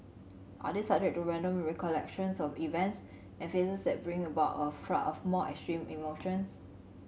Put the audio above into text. are they subject to random recollections of events and faces that bring about a flood of more extreme emotions